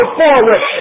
forward